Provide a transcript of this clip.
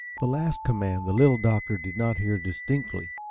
the last command the little doctor did not hear distinctly.